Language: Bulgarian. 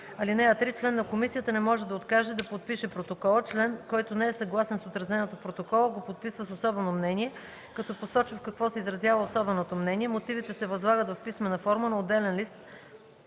(3) Член на комисията не може да откаже да подпише протокола. Член, който не е съгласен с отразеното в протокола, го подписва с особено мнение, като посочва в какво се изразява особеното мнение. Мотивите се излагат в писмена форма на отделен лист